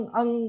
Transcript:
ang